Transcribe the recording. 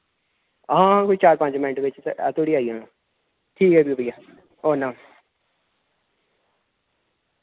हां कोई चार पंज मैंट बिच धोड़ी आई जान्ना ठीक ऐ फ्ही भैया औना